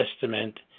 Testament